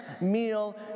meal